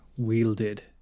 wielded